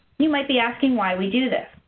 you might be asking why we do this.